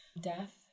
death